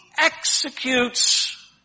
executes